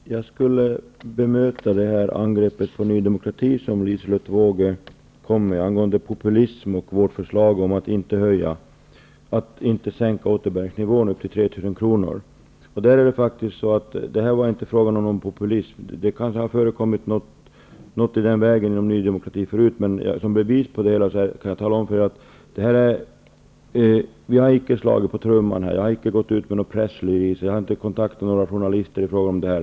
Fru talman! Jag skall bemöta det angrepp på Ny demokrati som Liselotte Wågö gjorde med beskyllning för populism och kritik mot vårt förslag att återbäringsnivån inte skall sänkas upp till 3 000 Det var inte fråga om någon populism. Det har kanske förekommit något i den vägen inom Ny demokrati förut, men jag kan som bevis anföra att vi inte har slagit på trumman och gått ut med någon pressrelease och att vi inte har kontaktat några journalister i frågan.